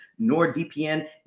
NordVPN